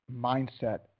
mindset